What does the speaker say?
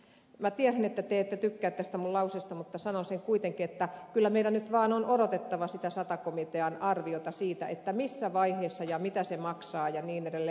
minä tiedän että te ette tykkää tästä minun lauseestani mutta sanon sen kuitenkin että kyllä meidän nyt vaan on odotettava sitä sata komitean arviota siitä missä vaiheessa se tapahtuisi ja mitä se maksaa ja niin edelleen